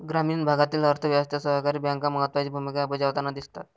ग्रामीण भागातील अर्थ व्यवस्थेत सहकारी बँका महत्त्वाची भूमिका बजावताना दिसतात